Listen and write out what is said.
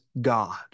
God